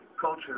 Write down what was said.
culture